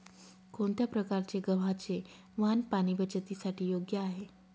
कोणत्या प्रकारचे गव्हाचे वाण पाणी बचतीसाठी योग्य आहे?